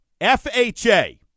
FHA